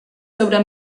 sobre